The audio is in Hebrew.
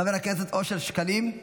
חבר הכנסת אושר שקלים,